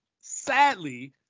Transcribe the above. sadly